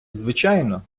звичайно